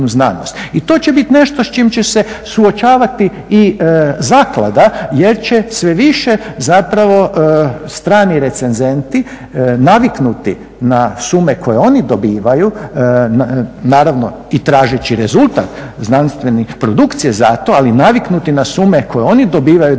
I to će biti nešto s čim će se suočavati i zaklada jer će sve više zapravo strani recenzenti naviknuti na sume koji oni dobivaju, naravno i tražeći rezultat znanstvenih produkcija za to ali naviknuti na sume koje oni dobivaju da proizvedu